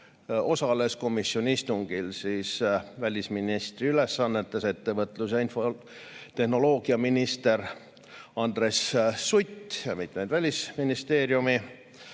Meie komisjoni istungil osales välisministri ülesannetes ettevõtlus‑ ja infotehnoloogiaminister Andres Sutt ja mitmeid Välisministeeriumi